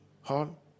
hall